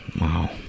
Wow